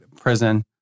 prison